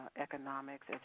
economics